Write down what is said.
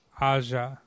Aja